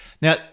Now